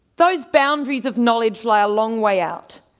those boundaries of knowledge lay a long way out.